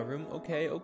okay